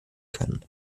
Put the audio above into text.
können